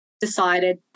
decided